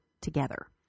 together